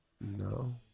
No